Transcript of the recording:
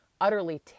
utterly